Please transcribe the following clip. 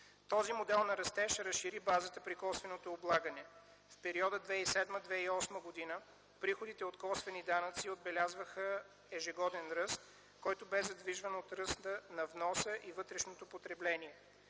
Този модел на растеж разшири базата при косвеното облагане. В периода 2007-2008 г. приходите от косвени данъци отбелязваха ежегоден ръст, който бе задвижван от ръста на вноса и вътрешното потребление.